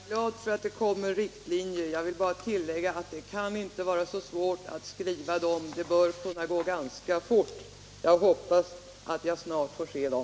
Herr talman! Jag är glad över att det kommer riktlinjer. Låt mig bara tillägga, att det kan inte vara så svårt att skriva dem — det bör kunna gå ganska fort. Jag hoppas att jag snart får se dem.